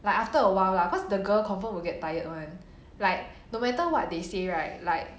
like after awhile lah cause the girl confirm will get tired [one] like no matter what they say right like